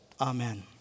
Amen